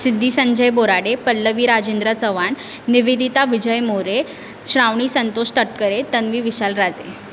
Siddhi Sanjay Borade Pallavi Rajendra Chavan Nivedita Vijay More Shravani Santosh Tatkare Tanvi Vishal Raje